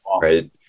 right